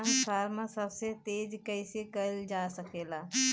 Fund transfer सबसे तेज कइसे करल जा सकेला?